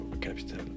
Capital